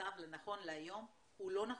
שהמצב נכון להיום הוא לא נכון,